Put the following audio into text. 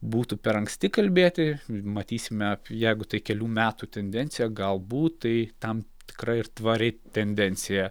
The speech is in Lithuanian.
būtų per anksti kalbėti matysime jeigu tai kelių metų tendencija galbūt tai tam tikra ir tvari tendencija